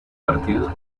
partidos